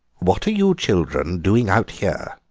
what are you children doing out here?